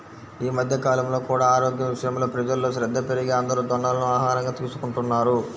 ఈ మధ్య కాలంలో కూడా ఆరోగ్యం విషయంలో ప్రజల్లో శ్రద్ధ పెరిగి అందరూ జొన్నలను ఆహారంగా తీసుకుంటున్నారు